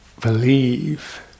believe